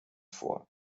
vor